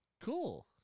cool